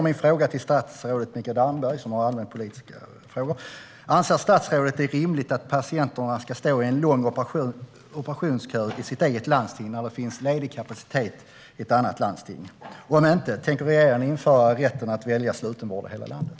Min fråga till statsrådet Mikael Damberg är om statsrådet anser att det är rimligt att patienterna ska stå i en lång operationskö i sitt eget landsting när det finns ledig kapacitet i ett annat landsting. Om inte, tänker regeringen införa rätten att välja slutenvård i hela landet?